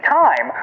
time